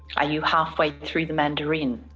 are you halfway through the mandarin,